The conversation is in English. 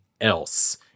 else